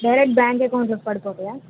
direct bank అకౌంట్లోకి పడిపోతాయా